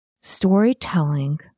storytelling